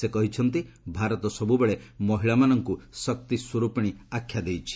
ସେ କହିଛନ୍ତି ଭାରତ ସବୁବେଳେ ମହିଳାମାନଙ୍କୁ ଶକ୍ତିସ୍ୱରୂପିଣୀ ଆଖ୍ୟା ଦେଇଆସିଛି